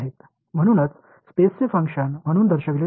எனவே அதனால்தான் ஸ்பேஸ் செயல்பாடு என்று குறிக்கப்படுகிறது